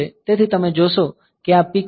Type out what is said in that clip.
તેથી તમે જોશો કે આ PCON છે